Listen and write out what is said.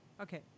Okay